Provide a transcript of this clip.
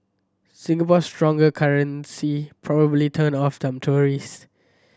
Singapore's stronger currency probably turned off some tourist